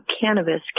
cannabis